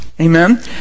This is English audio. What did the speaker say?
Amen